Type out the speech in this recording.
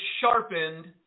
sharpened